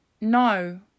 No